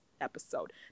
episode